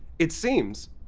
it seems